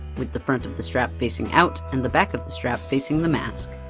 with the front of the strap facing out and the back of the strap facing the mask.